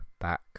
back